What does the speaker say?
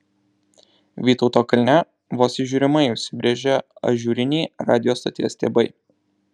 vytauto kalne vos įžiūrimai užsibrėžė ažūriniai radijo stoties stiebai